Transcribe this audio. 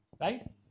right